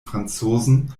franzosen